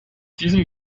diesem